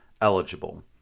eligible